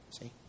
See